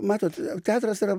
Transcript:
matot teatras yra